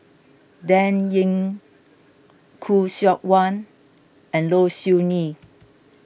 Dan Ying Khoo Seok Wan and Low Siew Nghee